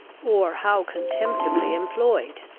or how contemptibly employed.